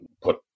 put